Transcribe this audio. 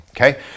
okay